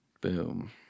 Boom